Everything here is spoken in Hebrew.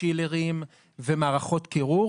צ'ילרים ומערכות קירור,